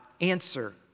answer